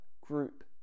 group